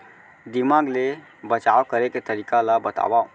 दीमक ले बचाव करे के तरीका ला बतावव?